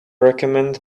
recommend